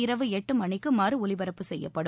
இரவு எட்டு மணிக்கு மறு ஒலிபரப்பு செய்யப்படும்